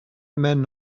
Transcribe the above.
men